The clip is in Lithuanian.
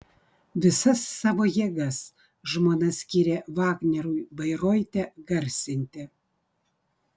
visas savo jėgas žmona skyrė vagneriui bairoite garsinti